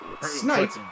Snipe